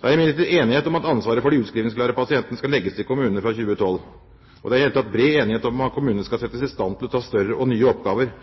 Det er imidlertid enighet om at ansvaret for de utskrivningsklare pasientene skal legges til kommunene fra 2012. Det er i det hele tatt bred enighet om at kommunene skal settes i stand til å ta større og nye oppgaver.